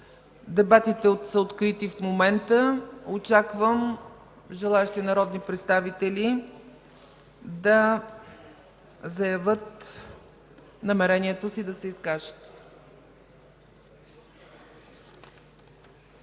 Дебатите са открити. Очаквам желаещи народни представители да заявят намерението си да се изкажат.